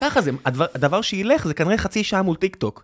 ככה זה, הדבר שילך זה כנראה חצי שעה מול טיק טוק